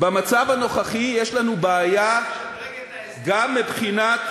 במצב הנוכחי יש לנו בעיה גם מבחינת,